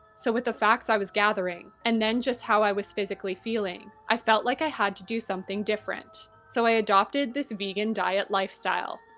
so, with the facts i was gathering, and then just how i was physically feeling, i felt like i had to do something different, so i adopted this vegan-diet lifestyle.